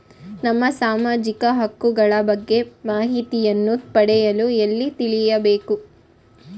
ನಮ್ಮ ಸಾಮಾಜಿಕ ಹಕ್ಕುಗಳ ಬಗ್ಗೆ ಮಾಹಿತಿಯನ್ನು ಪಡೆಯಲು ಎಲ್ಲಿ ತಿಳಿಯಬೇಕು?